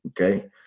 Okay